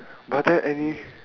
are there any